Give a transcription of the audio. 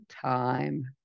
time